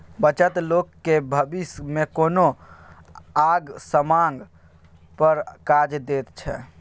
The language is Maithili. बचत लोक केँ भबिस मे कोनो आंग समांग पर काज दैत छै